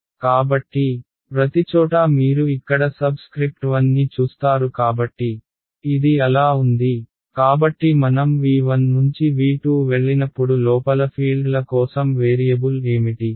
కాబట్టి ప్రతిచోటా మీరు ఇక్కడ సబ్స్క్రిప్ట్ 1 ని చూస్తారు కాబట్టి ఇది అలా ఉంది కాబట్టి మనం V1 నుంచి V2 వెళ్ళినప్పుడు లోపల ఫీల్డ్ల కోసం వేరియబుల్ ఏమిటి